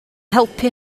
helpu